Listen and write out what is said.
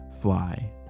fly